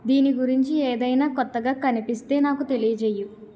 దీని గురించి ఏదైనా కొత్తగా కనిపిస్తే నాకు తెలియజేయి